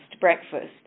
breakfast